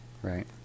Right